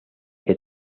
que